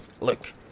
Look